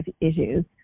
issues